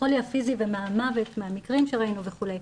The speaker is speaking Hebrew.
החולי הפיזי והמוות מהמקרים שראינו וכולי,